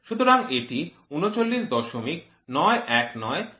সুতরাং এটি ৩৯৯১৯৩৭ মিলিমিটার